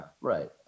right